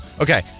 Okay